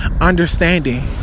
understanding